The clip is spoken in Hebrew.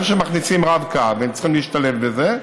גם כשמכניסים רב-קו, הם צריכים להשתלב בזה,